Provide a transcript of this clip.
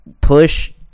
push